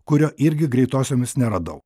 kurio irgi greitosiomis neradau